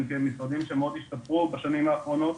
כמשרדים שמאוד השתפרו בשנים האחרונות,